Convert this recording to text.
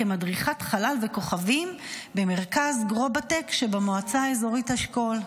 כמדריכת חלל וכוכבים במרכז גרובטק שבמועצה האזורית אשכול.